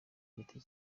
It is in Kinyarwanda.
giti